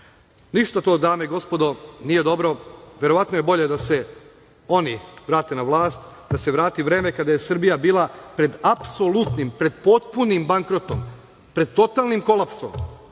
vreme. Ništa to dame i gospodo nije dobro, verovatno je bolje da se oni vrate na vlast, da se vrati vreme kada je Srbija bila pred apsolutnim, potpunim bankrotom, pred totalnim kolapsom,